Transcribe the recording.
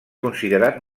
considerat